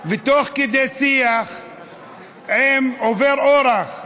ותוך כדי שיח עם עובר אורח,